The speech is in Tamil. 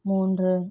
மூன்று